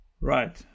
Right